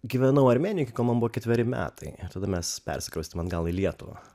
gyvenau armėnijai iki kol man buvo ketveri metai tada mes persikraustėm atgal į lietuvą